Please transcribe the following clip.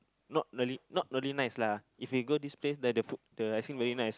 not really not really nice lah if you go this place then the food the ice cream very nice